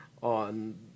on